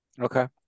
Okay